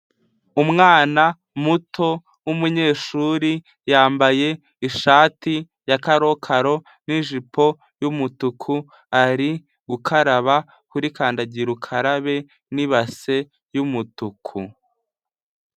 Umwana muto w'umunyeshuri yambaye ishati ya karokaro n'ijipo y'umutuku ari gukaraba kuri kandagira ukarabe n'ibase y'umutuku.